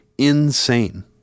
insane